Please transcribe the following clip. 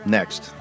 Next